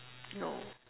no